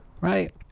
right